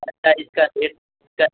اچھا اس کا ریٹ سر